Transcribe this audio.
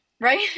right